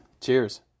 Cheers